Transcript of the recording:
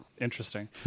interesting